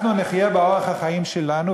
אנחנו נחיה באורח החיים שלנו.